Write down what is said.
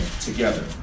together